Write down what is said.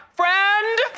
friend